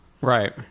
right